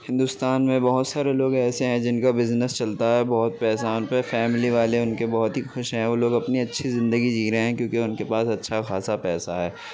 ہندوستان میں بہت سارے لوگ ایسے ہیں جن کا بزنس چلتا ہے بہت پیسہ ہے ان پہ فیملی والے ان کے بہت ہی خوش ہیں وہ لوگ اپنی اچھی زندگی جی رہے ہیں کیونکہ ان کے پاس اچھا خاصا پیسہ ہے